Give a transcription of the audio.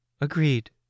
Agreed